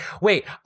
wait